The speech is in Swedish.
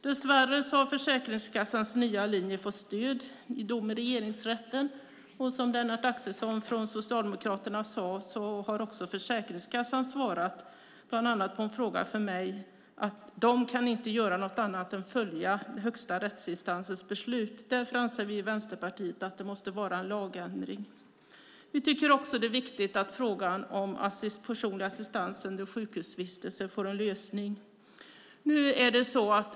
Dess värre har Försäkringskassans nya linje fått stöd i en dom i Regeringsrätten. Som Lennart Axelsson från Socialdemokraterna sade har Försäkringskassan svarat bland annat på en fråga från mig att de inte kan göra något annat än följa högsta rättsinstansens beslut. Därför anser vi i Vänsterpartiet att det måste bli en lagändring. Vi tycker att det är viktigt att frågan om personlig assistans under sjukhusvistelse får en lösning.